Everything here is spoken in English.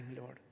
Lord